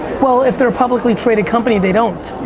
well if they're a publicly-traded company, they don't.